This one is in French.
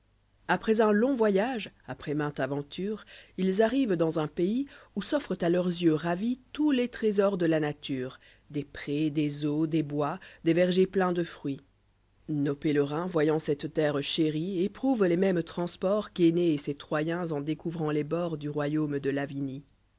près un long voyage après mainte aventure ils arrivent dans un pays où s'offrent à leurs yeux ravis tous les trésors de la nature des présides eaux des bois des vergers pleins de fruitsnos pélerinsjy oyant cette terre chérie éprouvent les mêmes transports qu'énée et ses troyens en découvrant les bords du royaume de'lavinie